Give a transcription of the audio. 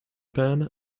pan